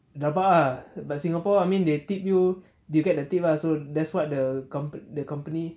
rabak ah but singapore I mean they tip you you get the tip ah so that's what the company the company